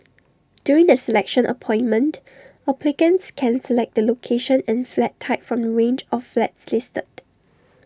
during the selection appointment applicants can select the location and flat type from the range of flats listed